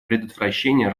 предотвращения